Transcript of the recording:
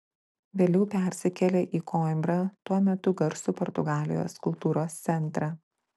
vėliau persikėlė į koimbrą tuo metu garsų portugalijos kultūros centrą